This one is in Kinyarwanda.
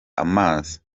amazi